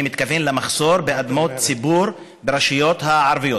אני מתכוון למחסור באדמות ציבור ברשויות הערביות.